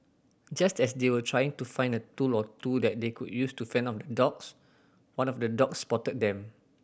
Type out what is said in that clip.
just as they were trying to find a tool or two that they could use to fend off the dogs one of the dogs spotted them